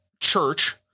church